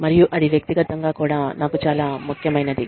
మరియు అది వ్యక్తిగతంగా కూడా నాకు చాలా ముఖ్యమైనది